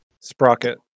Sprocket